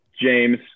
James